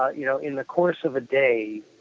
ah you know, in the course of a day,